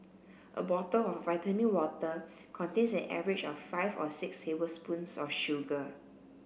a bottle of vitamin water contains an average of five or six tablespoons of sugar